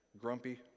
grumpy